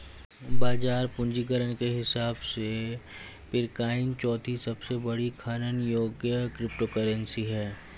बाजार पूंजीकरण के हिसाब से पीरकॉइन चौथी सबसे बड़ी खनन योग्य क्रिप्टोकरेंसी है